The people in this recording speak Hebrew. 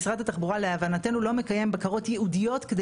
שמרד התחבורה להבנתנו לא מקיים בקרות ייעודיות כדי